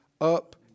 up